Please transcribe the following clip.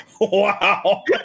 Wow